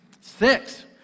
Six